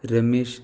Ramesh